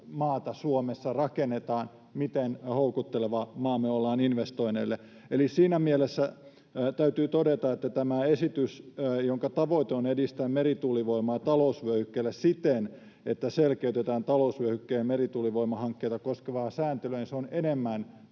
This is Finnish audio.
maata Suomessa rakennetaan, miten houkutteleva maa me ollaan investoinneille. Eli siinä mielessä täytyy todeta, että tämä esitys, jonka tavoite on edistää merituulivoimaa talousvyöhykkeellä siten, että selkeytetään talousvyöhykkeen merituulivoimahankkeita koskevaa sääntelyä, on enemmän